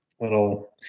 Little